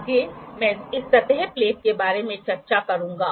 आगे मैं इस सतह प्लेट के बारे में चर्चा करूंगा